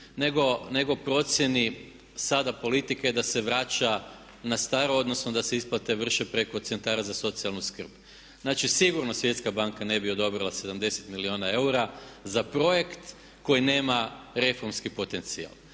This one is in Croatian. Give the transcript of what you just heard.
nego procjeni sada politike da se vraća na staro odnosno da se isplate vrše preko centara za socijalnu skrb. Znači, sigurno svjetska banka ne bi odobrila 70 milijuna eura za projekt koji nema reformski potencijal.